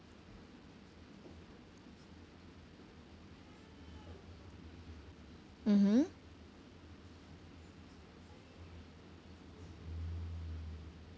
mmhmm